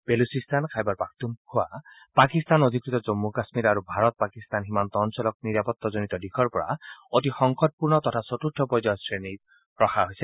বেলুচিস্তান খাইবাৰ পাখতুনখোৱা পাকিস্তান অধিকৃত জন্মু কাশ্মীৰ আৰু ভাৰত পাকিস্তান সীমান্ত অঞ্চল নিৰাপত্তাজনিত দিশৰ পৰা অতি সংকটপূৰ্ণ তথা চতুৰ্থ পৰ্যায়ৰ শ্ৰেণীত ৰখা হৈছে